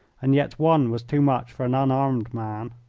and yet one was too much for an unarmed man.